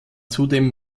zudem